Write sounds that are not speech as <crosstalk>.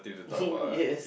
<laughs> yes